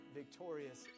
victorious